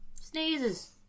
sneezes